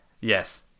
Yes